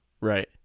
Right